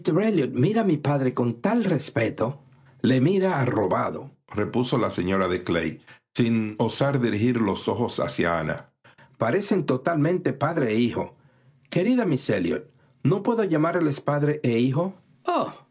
mira a mi padre con tal respeto le mira arrobado repuso la señora de clay íin osar dirigir los ojos hacia ana parecen talmente padre e hijo querida miss elliot no puedo llamarles padre e